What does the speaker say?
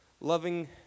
loving